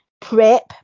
prep